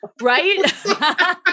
Right